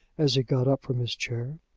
as he got up from his chair.